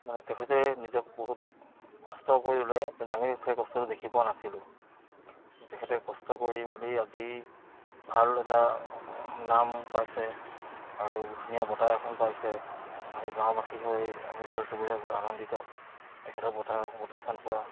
মানে তেখেতে নিজক বহুত কষ্ট কৰিলে কিন্তু আমিও সেই কষ্টটো দেখি পোৱা নাছিলোঁ তেখেতে কষ্ট কৰি মেলি আজি ভাল এটা নাম পাইছে আৰু ধুনীয়া বঁটা এখন পাইছে আমি গাঁওবাসী হৈ আমি ওচৰ চুবুৰীয়া বহুত আনন্দিত তেখেতৰ বঁটা এখন পোৱা